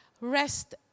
rest